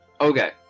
Okay